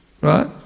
Right